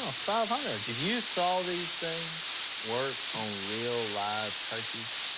ah five hundred. if you saw these things work on real live turkeys,